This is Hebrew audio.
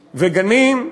וגנים.